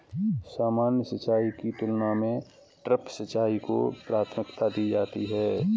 सामान्य सिंचाई की तुलना में ड्रिप सिंचाई को प्राथमिकता दी जाती है